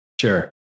sure